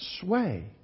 sway